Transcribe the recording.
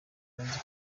banze